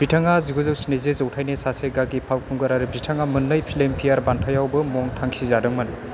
बिथाङा जिगुजौ स्निजि जौथायनि सासे गागि फावखुंगुर आरो बिथाङा मोननै फिल्मफेयार बान्थायावबो मुं थांखिजादोंमोन